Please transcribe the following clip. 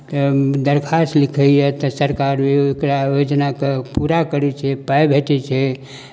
दरखास्त लिखैए तऽ सरकार ओहि ओकरा योजनाकेँ पूरा करै छै पाइ भेटै छै